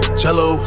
cello